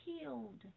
killed